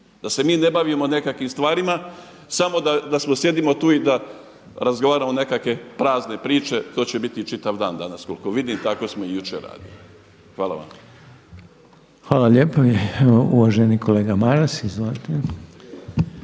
da se mi ne bavimo nekakvim stvarima samo da sjedimo tu i da razgovaramo nekakve prazne priče, to će biti čitav dan danas koliko vidim, tako smo i jučer radili. Hvala vam. **Reiner, Željko (HDZ)** Hvala. Uvaženi kolega Maras. Izvolite.